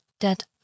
dead